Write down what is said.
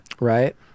Right